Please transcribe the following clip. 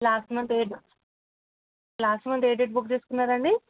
last month ఏ last month ఏ date book చేసుకున్నారు అండి